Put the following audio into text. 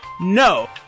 No